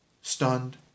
stunned